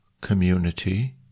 community